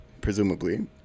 presumably